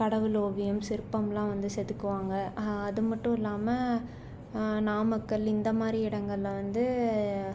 கடவுள் ஓவியம் சிற்பம்லாம் வந்து செதுக்குவாங்க அது மட்டும் இல்லாமல் நாமக்கல் இந்த மாதிரி இடங்கள்ல வந்து